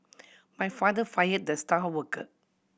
my father fired the star worker